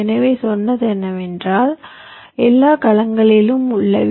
எனவே சொன்னது என்னவென்றால் எல்லா கலங்களிலும் உள்ள வி